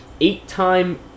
eight-time